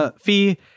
fee